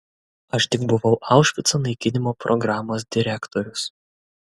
aš tik buvau aušvico naikinimo programos direktorius